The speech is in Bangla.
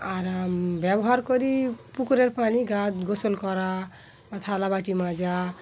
আর ব্যবহার করি পুকুরের পানি গা গোসল করা বা থালাাবাটি মাজা